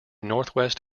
northwest